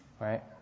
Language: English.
Right